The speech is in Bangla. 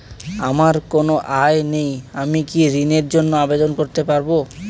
আমার কোনো আয় নেই আমি কি ঋণের জন্য আবেদন করতে পারব?